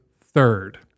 third